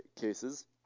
cases